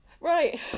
Right